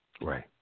Right